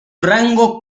rango